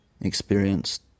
experienced